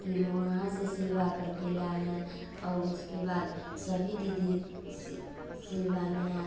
कि वह वहाँ से सिलवा करके लाए हैं और उसके बाद सभी दीदी सिलवाने आ